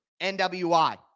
NWI